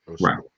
Right